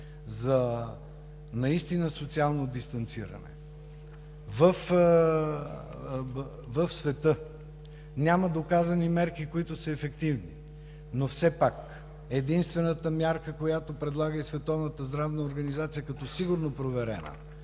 за наистина социално дистанциране. В света няма доказани мерки, които са ефективни, но все пак единствената мярка, която предлага и Световната здравна